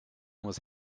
was